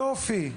יופי.